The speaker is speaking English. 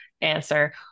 answer